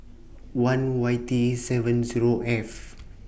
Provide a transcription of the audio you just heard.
one Y T seven Zero F